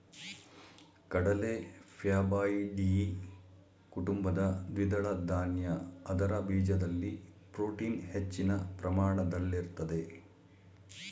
ಕಡಲೆ ಫ್ಯಾಬಾಯ್ಡಿಯಿ ಕುಟುಂಬದ ದ್ವಿದಳ ಧಾನ್ಯ ಅದರ ಬೀಜದಲ್ಲಿ ಪ್ರೋಟೀನ್ ಹೆಚ್ಚಿನ ಪ್ರಮಾಣದಲ್ಲಿರ್ತದೆ